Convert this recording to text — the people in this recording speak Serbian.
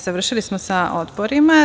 Završili smo sa odborima.